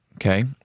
Okay